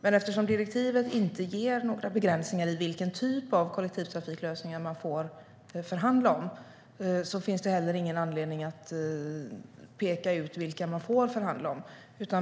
Eftersom direktivet inte innehåller några begränsningar om vilken typ av kollektivtrafiklösningar som man får förhandla om finns det inte heller någon anledning att peka ut vilka lösningar som man får förhandla om.